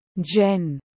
jen